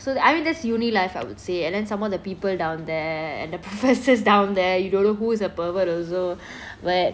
so I mean that's uni life ah I would say and then some more the people down there and the professors down there you don't know who is a pervert also but